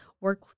work